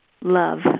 love